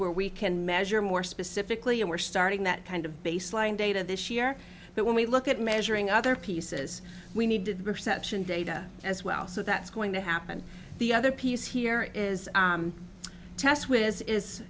where we can measure more specifically and we're starting that kind of baseline data this year but when we look at measuring other pieces we needed reception data as well so that's going to happen the other piece here is test which is